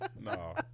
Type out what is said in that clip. No